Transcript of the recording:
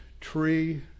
tree